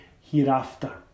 hereafter